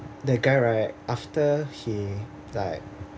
the guy right after he like